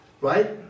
right